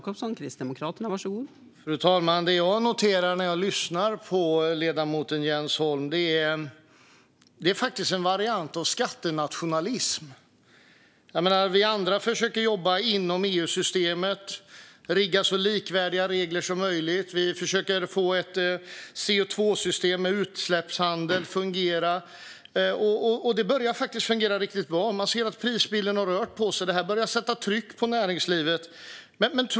Fru talman! Det som jag noterar när jag lyssnar på ledamoten Jens Holm är faktiskt en variant av skattenationalism. Vi andra försöker jobba inom EU-systemet och rigga så likvärdiga regler som möjligt. Och vi försöker få ett koldioxidsystem med utsläppshandel att fungera. Det börjar faktiskt fungera riktigt bra. Man ser att prisbilden har rört på sig. Detta börjar sätta tryck på näringslivet.